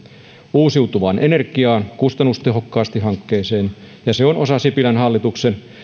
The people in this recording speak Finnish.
uusiutuvaan energiaan kustannustehokkaasti hankkeeseen ja se on osa sipilän hallituksen